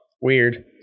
weird